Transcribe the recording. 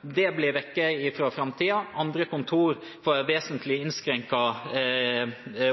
blir vekk i framtiden. Andre kontor får en vesentlig innskrenket